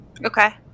Okay